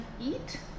eat